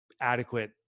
adequate